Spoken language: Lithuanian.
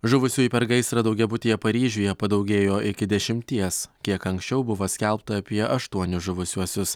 žuvusiųjų per gaisrą daugiabutyje paryžiuje padaugėjo iki dešimties kiek anksčiau buvo skelbta apie aštuonis žuvusiuosius